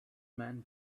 men